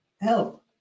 help